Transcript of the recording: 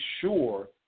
sure